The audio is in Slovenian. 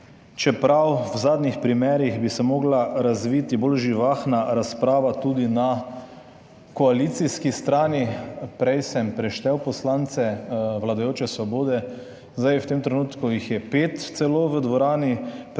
čeprav v zadnjih primerih bi se mogla razviti bolj živahna razprava tudi na koalicijski strani. Prej sem preštel poslance vladajoče Svobode, zdaj v tem trenutku jih je pet celo v dvorani, pred